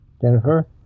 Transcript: Jennifer